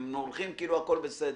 הם הולכים כאילו הכול בסדר.